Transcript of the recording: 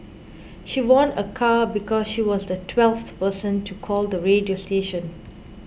she won a car because she was the twelfth person to call the radio station